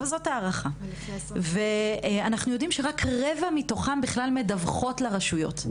אנחנו יודעים שרק רבע מתוכן מדווחות לרשויות.